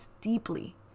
Deeply